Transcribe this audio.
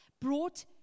brought